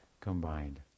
combined